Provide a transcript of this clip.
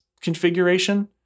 configuration